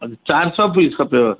अच्छा चार सौ पीस खपेव